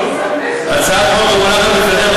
הצעת החוק המונחת לפניכם,